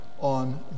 on